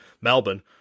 Melbourne